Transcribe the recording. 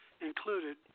included